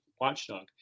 Watchdog